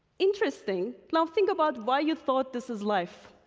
interesting, let's think about why you thought this is life.